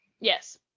Yes